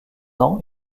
ans